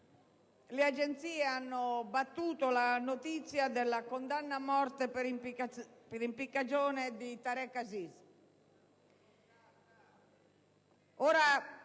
le agenzie hanno battuto la notizia della condanna a morte per impiccagione di Tareq Aziz.